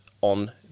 on